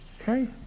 Okay